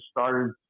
started